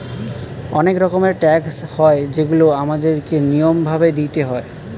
অনেক রকমের ট্যাক্স হয় যেগুলা আমাদের কে নিয়ম ভাবে দিইতে হয়